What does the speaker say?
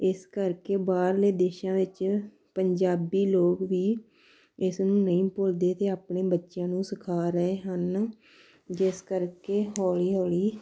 ਇਸ ਕਰਕੇ ਬਾਹਰਲੇ ਦੇਸ਼ਾਂ ਵਿੱਚ ਪੰਜਾਬੀ ਲੋਕ ਵੀ ਇਸ ਨੂੰ ਨਹੀਂ ਭੁੱਲਦੇ ਅਤੇ ਆਪਣੇ ਬੱਚਿਆਂ ਨੂੰ ਸਿਖਾ ਰਹੇ ਹਨ ਜਿਸ ਕਰਕੇ ਹੌਲੀ ਹੌਲੀ